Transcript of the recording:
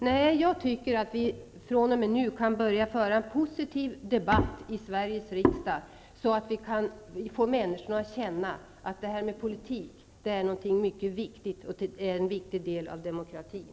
Nej, jag tycker att vi fr.o.m. nu gott kan börja föra en positiv debatt i Sveriges riksdag, så att vi får människorna att känna att det här med politik är någonting mycket viktigt och att det är en viktig del av demokratin.